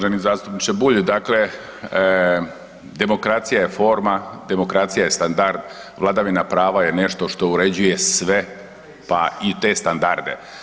Uvaženi zastupniče Bulj, dakle, demokracija je forma, demokracija je standard, vladavina prava je nešto što uređuje sve pa i te standarde.